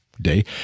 day